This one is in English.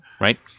Right